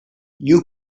you